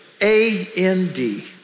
A-N-D